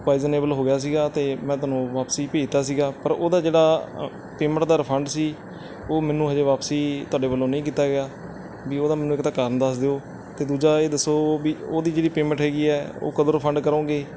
poisonable ਹੋ ਗਿਆ ਸੀਗਾ ਅਤੇ ਮੈਂ ਤੁਹਾਨੂੰ ਵਾਪਸੀ ਭੇਜਤਾ ਸੀਗਾ ਪਰ ਉਹਦਾ ਜਿਹੜਾ ਪੇਮੈਂਟ ਦਾ ਰਿਫੰਡ ਸੀ ਉਹ ਮੈਨੂੰ ਹਾਲੇ ਵਾਪਸੀ ਤੁਹਾਡੇ ਵੱਲੋਂ ਨਹੀਂ ਕੀਤਾ ਗਿਆ ਵੀ ਉਹਦਾ ਮੈਨੂੰ ਇੱਕ ਤਾਂ ਕਾਰਨ ਦੱਸ ਦਿਓ ਅਤੇ ਦੂਜਾ ਇਹ ਦੱਸੋ ਵੀ ਉਹਦੀ ਜਿਹੜੀ ਪੇਮੈਂਟ ਹੈਗੀ ਹੈ ਉਹ ਕਦੋਂ ਰਿਫੰਡ ਕਰੋਗੇ